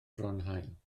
fronhaul